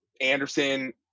Anderson